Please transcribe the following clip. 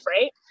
right